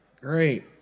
Great